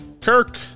Kirk